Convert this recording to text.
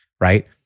Right